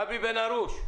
גבי בן הרוש.